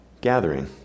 gathering